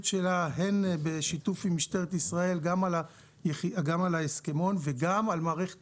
באמצעות ההסכמון ובאמצעות מערכת